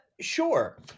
Sure